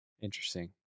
interesting